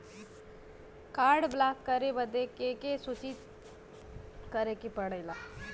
Card block करे बदी के के सूचित करें के पड़ेला?